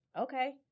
okay